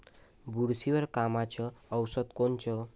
बुरशीवर कामाचं औषध कोनचं?